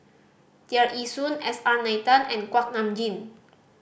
Tear Ee Soon S R Nathan and Kuak Nam Jin